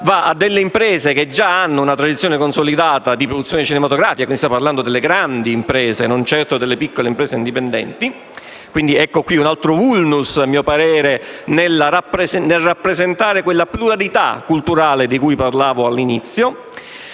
va a imprese che già hanno una tradizione consolidata di produzione cinematografica. Stiamo parlando delle grandi imprese e non certo delle piccole imprese indipendenti e questo è un altro *vulnus* rispetto al rappresentare la pluralità culturale di cui parlavo all'inizio.